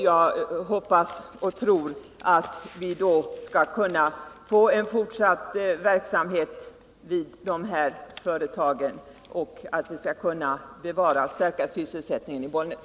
Jag hoppas och tror att vi nu skall kunna få till stånd fortsatt verksamhet vid dessa företag och att vi skall kunna bevara och stärka sysselsättningen i Bollnäs.